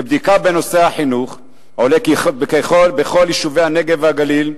מבדיקה בנושא החינוך עולה כי בכל יישובי הנגב והגליל,